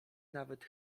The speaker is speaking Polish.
nawet